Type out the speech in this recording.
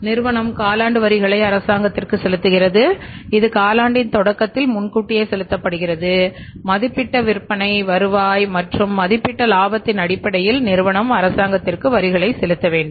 நிறுவனம் காலாண்டு வரிகளை அரசாங்கத்திற்கு செலுத்துகிறது இது காலாண்டின் தொடக்கத்தில் முன்கூட்டியே செலுத்தப்படுகிறது மதிப்பிடப்பட்ட விற்பனை வருவாய் மற்றும் மதிப்பிடப்பட்ட லாபத்தின் அடிப்படையில் நிறுவனம் அரசாங்கத்திற்கு வரிகளை செலுத்த வேண்டும்